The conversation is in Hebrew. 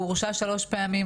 הוא הורשע שלוש פעמים,